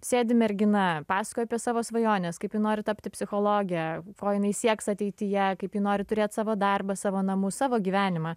sėdi mergina pasakoja apie savo svajones kaip ji nori tapti psichologe ko jinai sieks ateityje kaip ji nori turėt savo darbą savo namus savo gyvenimą